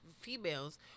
females